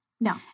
No